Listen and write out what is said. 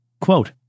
quote